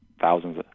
thousands